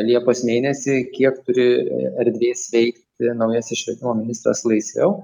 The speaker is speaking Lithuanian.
liepos mėnesį kiek turi erdvės veikti naujasis švietimo ministras laisviau